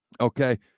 okay